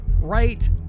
right